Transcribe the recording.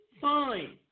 fine